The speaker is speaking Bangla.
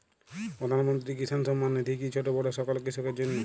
প্রধানমন্ত্রী কিষান সম্মান নিধি কি ছোটো বড়ো সকল কৃষকের জন্য?